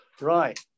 Right